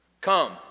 Come